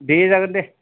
दे जागोन दे